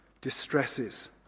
distresses